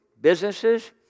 businesses